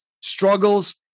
struggles